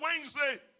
Wednesday